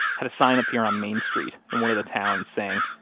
had a sign appear on main street in one of the towns saying,